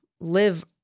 live